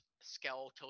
skeletal